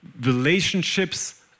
relationships